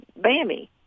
Bammy